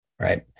right